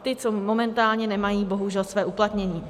Ti, co momentálně nemají bohužel své uplatnění.